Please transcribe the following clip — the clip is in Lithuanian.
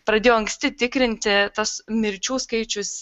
pradėjo anksti tikrinti tas mirčių skaičius